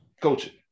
coaching